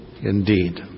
indeed